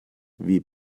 wie